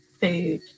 food